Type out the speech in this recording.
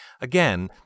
Again